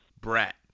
brat